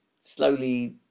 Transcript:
slowly